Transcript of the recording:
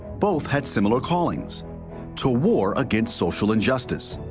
both had similar calling to war against social injustice,